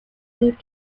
move